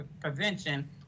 prevention